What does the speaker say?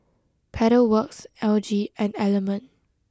Pedal Works L G and Element